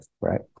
right